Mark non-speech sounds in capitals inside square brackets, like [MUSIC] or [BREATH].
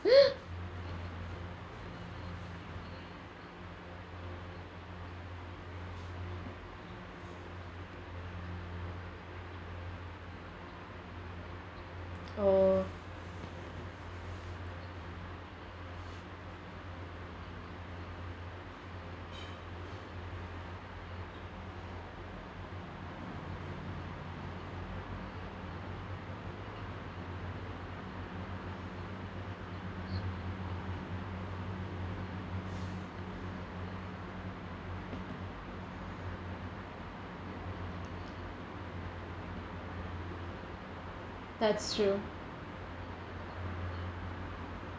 [BREATH] oh that's true